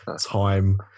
Time